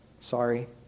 Sorry